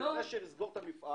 שבו נשר יסגור את המפעל.